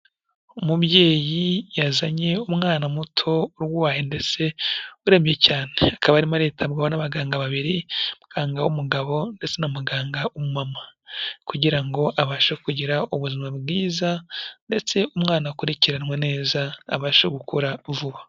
Umubyeyi yazanye umwana muto urwaye ndetse uremye cyane akaba arimo aritabwaho n'abaganga babiri umuganga w'umugabo ndetse na muganga w'umumama kugira ngo abashe kugira ubuzima bwiza ndetse umwana akurikiranwe neza abashe gukura vuba.